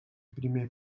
primer